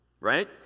right